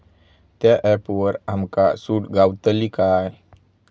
त्या ऍपवर आमका सूट गावतली काय?